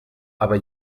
aber